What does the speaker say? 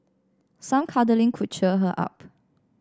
some cuddling could cheer her up